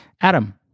Adam